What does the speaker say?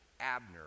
Abner